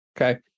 okay